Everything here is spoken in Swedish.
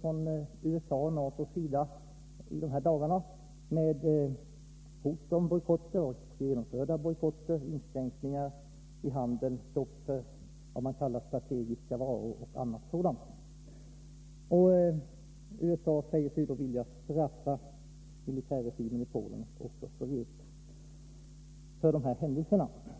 från USA:s och NATO:s sida i dessa dagar, med hot om bojkotter och genomförda bojkotter, inskränkningar i handeln, stopp för s.k. strategiska varor m.m. USA säger sig vilja straffa militärregimen i Polen och även Sovjet för dessa händelser.